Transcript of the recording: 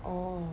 orh